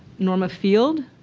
norma field,